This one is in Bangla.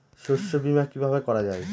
শস্য বীমা কিভাবে করা যায়?